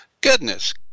Goodness